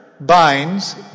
Binds